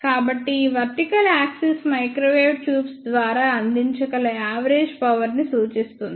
కాబట్టి ఈ vertical axis microwave tubes ద్వారా అందించగల యావరేజ్ పవర్ ని సూచిస్తుంది